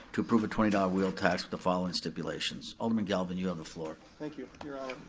to approve a twenty dollars wheel tax with the following stipulations. alderman galvin, you have the floor. thank you, your honor.